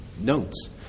notes